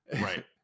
Right